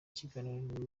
ikiganiro